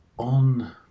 On